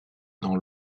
dans